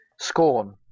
Scorn